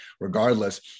regardless